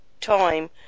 time